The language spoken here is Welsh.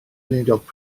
weinidog